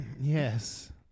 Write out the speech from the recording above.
Yes